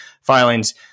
filings